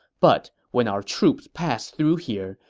but when our troops pass through here,